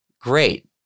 great